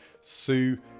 Sue